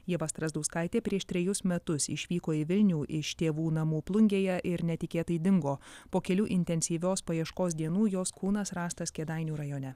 ieva strazdauskaitė prieš trejus metus išvyko į vilnių iš tėvų namų plungėje ir netikėtai dingo po kelių intensyvios paieškos dienų jos kūnas rastas kėdainių rajone